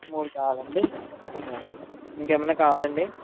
మూడు కావాలాండి ఇంగోండి తీస్కొ ఇంకేమన్నా కావాలండి